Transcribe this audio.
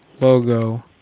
logo